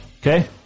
Okay